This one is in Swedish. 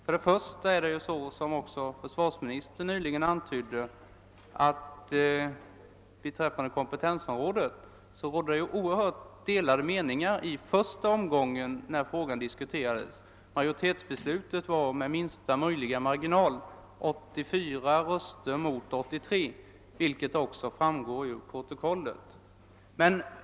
För det första rådde, som försvarsministern också antydde, oerhört delade meningar när kompetensområdet i första omgången diskuterades — majoritetsbeslutet fattades med minsta möjliga marginal, 84—383, vilket också framgår av protokollet.